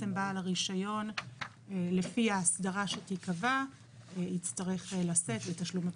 בעל הרשיון לפי ההסדרה שתיקבע יצטרך לשאת בתשלום הפיצויים.